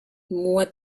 what